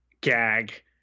gag